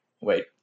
wait